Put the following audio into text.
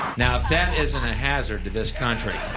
now if that isn't a hazard to this country.